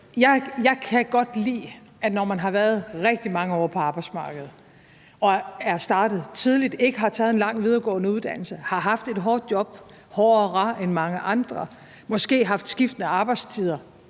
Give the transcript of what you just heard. jeg kan godt lide, at man, når man har været rigtig mange år på arbejdsmarkedet og er startet tidligt, ikke har taget en lang videregående uddannelse, har haft et hårdt job – hårdere end mange andre – måske har haft skiftende arbejdstider